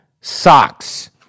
socks